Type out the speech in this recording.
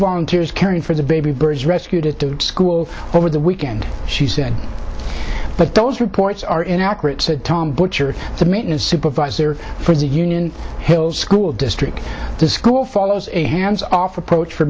volunteers caring for the baby birds rescued at the school over the weekend she said but those reports are inaccurate said tom butcher the maintenance supervisor for the union hills school district to school follows a hands off approach for